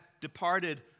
departed